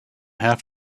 have